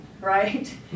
right